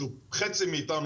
שהוא חצי מאתנו,